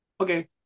Okay